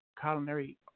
culinary